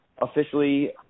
officially